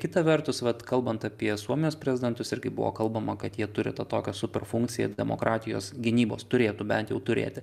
kita vertus vat kalbant apie suomijos prezidentus irgi buvo kalbama kad jie turi tą tokią super funkcijas demokratijos gynybos turėtų bent jau turėti